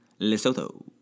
Lesotho